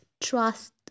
Trust